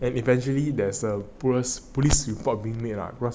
eventually there's a police report being made ah